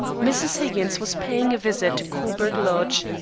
mrs. higgins was paying a visit to coburg lodge,